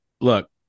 Look